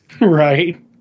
right